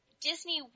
Disney